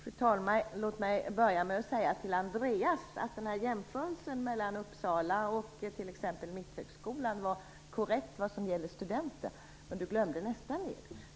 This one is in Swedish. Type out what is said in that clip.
Fru talman! Låt mig börja med att säga till Andreas Carlgren att jämförelsen mellan Uppsala och t.ex. Mitthögskolan var korrekt vad gäller studenter. Men han glömde nästa led.